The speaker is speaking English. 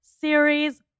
series